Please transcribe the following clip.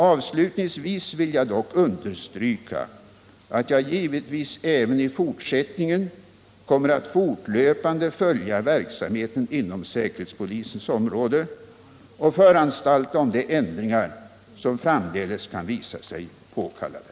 Avslutningsvis vill jag dock understryka att jag givetvis även i fortsättningen kommer att fortlöpande följa verksamheten inom säkerhetspolisens område och föranstalta om de ändringar som framdeles kan visa sig påkallade.